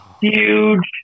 huge